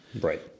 Right